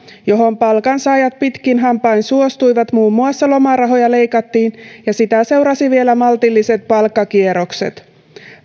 johon palkansaajat pitkin hampain suostuivat oli kova muun muassa lomarahoja leikattiin ja sitä seurasivat vielä maltilliset palkkakierrokset